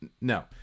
No